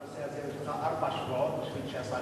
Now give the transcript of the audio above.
הנושא הזה כבר נתקע ארבעה שבועות בשביל שהשר,